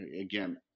again